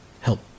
help